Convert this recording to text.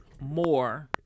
more